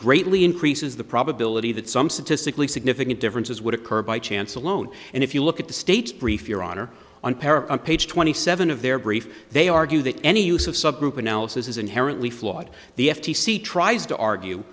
greatly increases the probability that some statistically significant differences would occur by chance alone and if you look at the states brief your honor on para page twenty seven of their brief they argue that any use of subgroup analysis is inherently flawed the f t c tries to argue